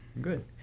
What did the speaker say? Good